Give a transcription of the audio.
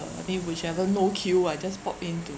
uh I think whichever no queue I just pop in to